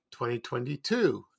2022